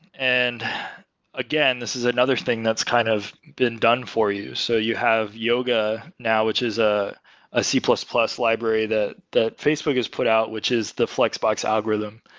and again, this is another thing that's kind of been done for you. so you have yoga now, which is ah a c plus plus library that facebook has put out which is the flexbox algorithm.